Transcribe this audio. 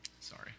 Sorry